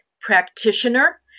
practitioner